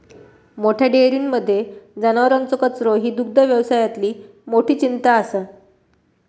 मोठ्या डेयरींमध्ये जनावरांचो कचरो ही दुग्धव्यवसायातली मोठी चिंता असा